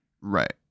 right